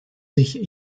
sich